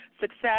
Success